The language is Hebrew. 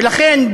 ולכן,